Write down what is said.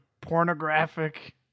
pornographic